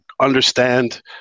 understand